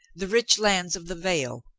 the rich lands of the vale,